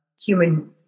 human